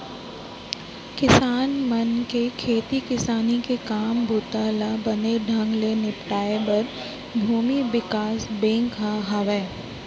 किसान मन के खेती किसानी के काम बूता ल बने ढंग ले निपटाए बर भूमि बिकास बेंक ह हावय